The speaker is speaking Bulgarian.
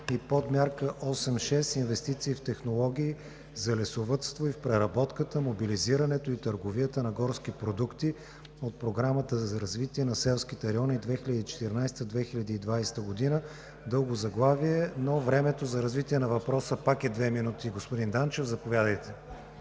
и Подмярка 8.6 „Инвестиции в технологии за лесовъдство и в преработката, мобилизирането и търговията на горски продукти“ от Програмата за развитие на селските райони, 2014 – 2020 г. Дълго заглавие, но времето за развитие на въпроса пак е 2 минути. Господин Данчев, заповядайте!